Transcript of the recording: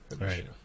Right